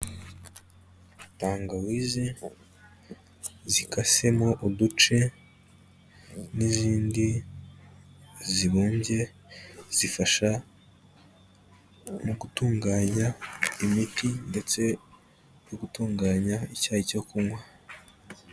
Tangawize zikasemo uduce n'izindi zibumbye, zifasha mu gutunganya imiti ndetse no gutunganya icyayi cyo kunywa.